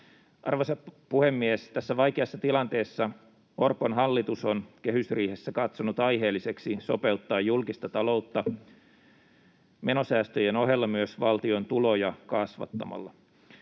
Arvoisa puhemies! Tässä vaikeassa tilanteessa Orpon hallitus on kehysriihessä katsonut aiheelliseksi sopeuttaa julkista taloutta menosäästöjen ohella myös valtion tuloja kasvattamalla.